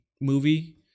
movie